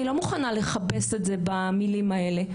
אני לא מוכנה לכבס את זה במלים האלה.